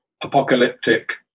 apocalyptic